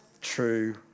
true